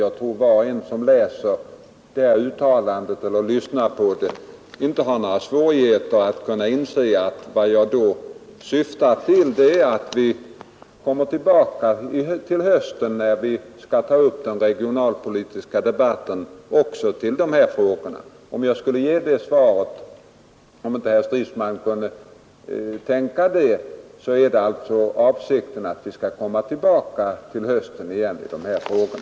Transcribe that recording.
Jag tror att var och en som har hört svaret inte hade några svårigheter att förstå att jag syftade på att vi i höst kommer tillbaka till dessa frågor när vi skall ta upp den regionalpolitiska debatten.